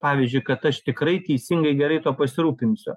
pavyzdžiui kad aš tikrai teisingai gerai tuo pasirūpinsiu